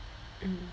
mm